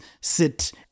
sit